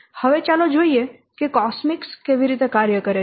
હવે ચાલો જોઈએ કે કોસ્મિક્સ કેવી રીતે કાર્ય કરે છે